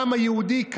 לעם היהודי,